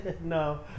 No